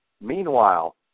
Meanwhile